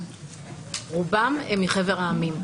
רובם הם מחבר העמים.